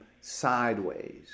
sideways